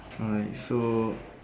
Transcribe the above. alright so